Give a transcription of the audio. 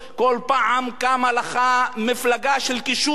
כל פעם קמה לך מפלגה של קישוט.